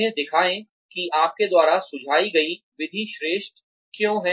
उन्हें दिखाए कि आपके द्वारा सुझाई गई विधि श्रेष्ठ क्यों है